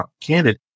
candid